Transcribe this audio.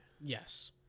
Yes